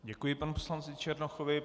Děkuji panu poslanci Černochovi.